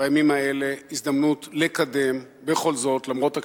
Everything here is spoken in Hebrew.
בימים האלה הזדמנות לקדם בכל זאת, למרות הקשיים,